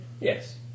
Yes